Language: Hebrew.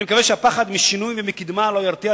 אני מקווה שהפחד משינוי ומקדמה לא ירתיעו